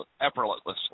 effortlessly